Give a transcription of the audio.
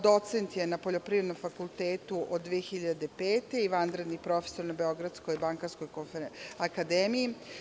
Docent je na Poljoprivrednom fakultetu od 2005. godine i vanredni profesor na Beogradskoj bankarskoj akademiji.